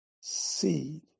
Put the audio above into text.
seed